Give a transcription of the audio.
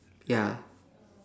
ya